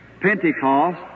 Pentecost